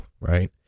right